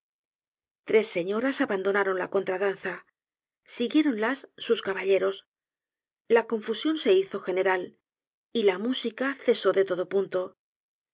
tres señoras abandonaron la contradanza siguiéronlas sus caballeros la confusión se hizo general y la música cesó de todo punto